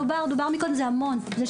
דובר מקודם, זה המון.